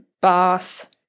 Bath